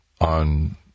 on